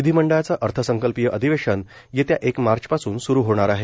विधिमंडळाचं अर्थसंकल्पीय अधिवेशन येत्या एक मार्चपासून स्रु होणार आहे